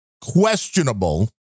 questionable